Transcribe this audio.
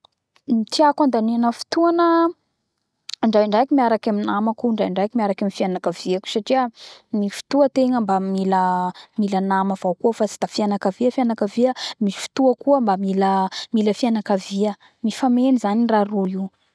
Ny tiako andanina fotona ndaindraiky miaraky namako ndraindraiky miaraky amy fianakaviako satria misy fotoa tegna mba mila nama avao koa fa tsy da fianakavia fianakavia avao koa misy fotoa koa mba mila mila fianakavia mifameno zany raha roy io